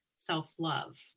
self-love